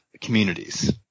communities